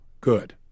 Good